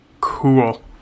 Cool